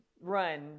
Run